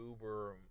Uber